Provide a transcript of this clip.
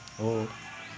हो